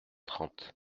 trente